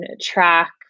track